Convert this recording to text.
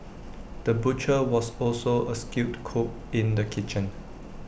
the butcher was also A skilled cook in the kitchen